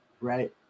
right